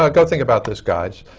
ah go think about this, guys.